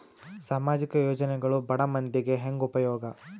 ಸಾಮಾಜಿಕ ಯೋಜನೆಗಳು ಬಡ ಮಂದಿಗೆ ಹೆಂಗ್ ಉಪಯೋಗ?